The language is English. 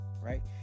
right